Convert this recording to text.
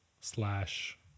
slash